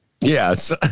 Yes